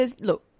look